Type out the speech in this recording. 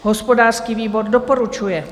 Hospodářský výbor doporučuje.